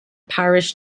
parish